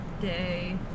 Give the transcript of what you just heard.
day